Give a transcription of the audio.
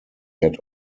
had